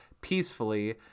peacefully